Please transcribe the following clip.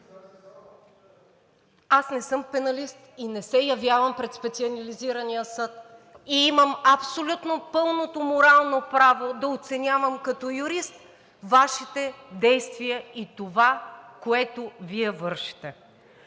Аз не съм пеналист и не се явявам пред Специализирания съд и имам абсолютно пълното морално право да оценявам като юрист Вашите действия и това, което Вие вършите.